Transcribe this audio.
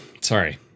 Sorry